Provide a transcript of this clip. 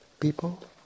people